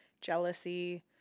jealousy